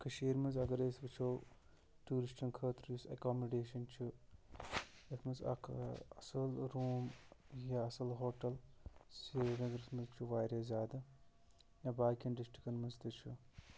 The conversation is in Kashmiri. کٔشیٖرِ منٛز اَگرَے أسۍ وٕچھو ٹوٗرِسٹَن خٲطرٕ یُس اٮ۪کامِڈیشَن چھُ یَتھ منٛز اَکھ اَصۭل روٗم یا اَصٕل ہوٹَل سرینَگرَس منٛز چھُ واریاہ زیادٕ یا باقیَن ڈِسٹِرٛکَن منٛز تہِ چھُ